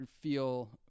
feel